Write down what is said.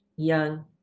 young